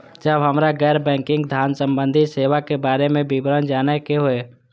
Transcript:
जब हमरा गैर बैंकिंग धान संबंधी सेवा के बारे में विवरण जानय के होय?